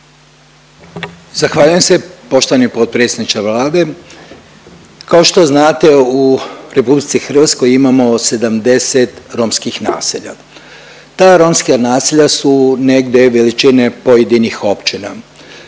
Zahvaljujem se. Poštovani potpredsjedniče Vlade, kao što znate u RH imamo 70 romskih naselja, ta romska naselja su negdje veličine pojedinih općina